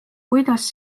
kuidas